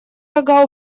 рога